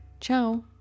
Ciao